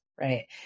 Right